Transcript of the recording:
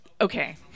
okay